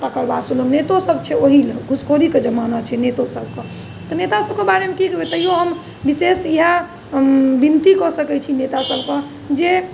तकर बात सुनब नेतो सब छै ओहिलए घूसखोरीके जमाना छै नेतो सबके तऽ नेता सबके बारेमे कहिओ हम विशेष इएह विनती कऽ सकै छी नेता सबके जे